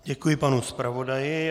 Děkuji panu zpravodaji.